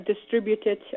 distributed